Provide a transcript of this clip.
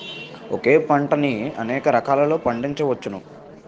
ఒకే పంటని అనేక రకాలలో పండించ్చవచ్చును